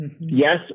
Yes